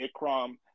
Ikram